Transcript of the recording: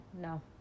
no